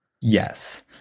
Yes